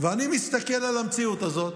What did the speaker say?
אני מסתכל על המציאות הזאת,